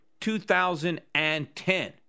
2010